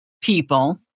people